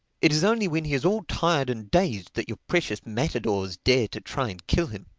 it is only when he is all tired and dazed that your precious matadors dare to try and kill him.